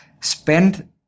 spend